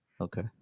Okay